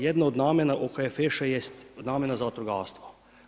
Jedno od namjena OKFŠ-a jest namjena za vatrogastvo.